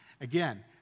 Again